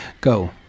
Go